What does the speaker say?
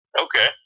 Okay